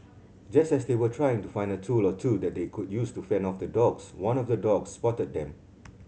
just as they were trying to find a tool or two that they could use to fend off the dogs one of the dogs spotted them